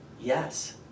yes